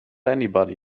anybody